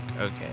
Okay